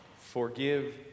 forgive